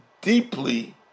deeply